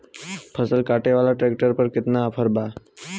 फसल काटे वाला ट्रैक्टर पर केतना ऑफर बा?